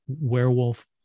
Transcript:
werewolf